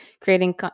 creating